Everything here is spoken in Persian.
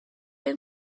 این